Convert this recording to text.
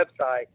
website